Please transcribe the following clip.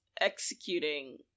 executing